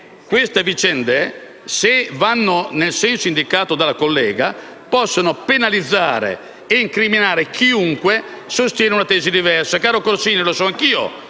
Queste vicende, se vanno nel senso indicato dalla collega, possono penalizzare e incriminare chiunque sostenga una tesi diversa. Caro senatore Corsini, so anch'io